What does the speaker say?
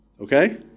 okay